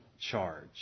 charge